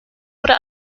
wurde